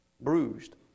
bruised